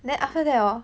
then after that hor